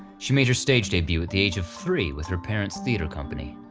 she made her stage debut at the age of three with her parents' theatre company.